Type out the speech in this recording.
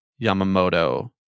Yamamoto